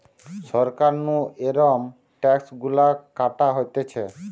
সরকার নু এরম ট্যাক্স গুলা কাটা হতিছে